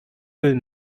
müll